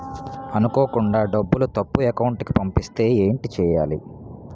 అనుకోకుండా డబ్బులు తప్పు అకౌంట్ కి పంపిస్తే ఏంటి చెయ్యాలి?